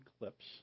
eclipse